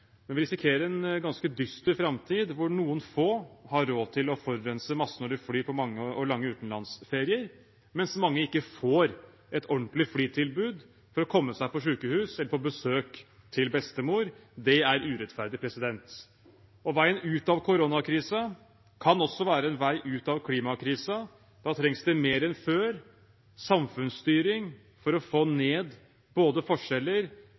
men vi risikerer en ganske dyster framtid hvor noen få har råd til å forurense masse når de flyr på mange og lange utenlandsferier, mens mange ikke får et ordentlig flytilbud for å komme seg på sykehus eller på besøk til bestemor. Det er urettferdig. Veien ut av koronakrisa kan også være en vei ut av klimakrisa. Da trengs det mer enn før samfunnsstyring for å få ned både forskjeller